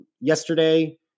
yesterday